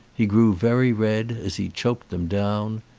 he grew very red as he choked them down.